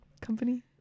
company